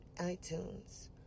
iTunes